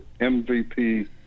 MVP